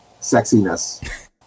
sexiness